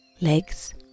legs